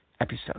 episode